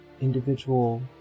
individual